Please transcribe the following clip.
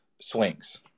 swings